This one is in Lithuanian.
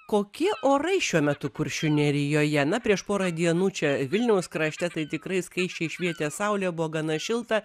kokie orai šiuo metu kuršių nerijoje na prieš porą dienų čia vilniaus krašte tai tikrai skaisčiai švietė saulė buvo gana šilta